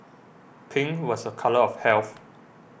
pink was a colour of health